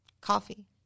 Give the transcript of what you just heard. coffee